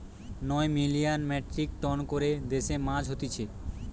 নয় million metric ton করে দেশে মাছ হতিছে